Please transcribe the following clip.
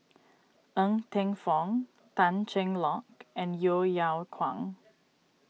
Ng Teng Fong Tan Cheng Lock and Yeo Yeow Kwang